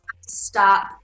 stop